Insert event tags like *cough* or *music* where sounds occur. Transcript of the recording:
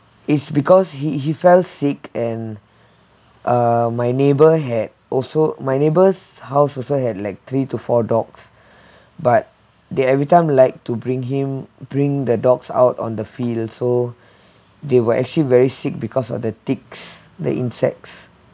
it's because he he fell sick and uh my neighbour had also my neighbour's house also had like three to four dogs but they every time like to bring him bring the dogs out on the field so *breath* they were actually very sick because of the ticks the insects